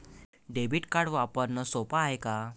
Debit card वापरणं सोप हाय का?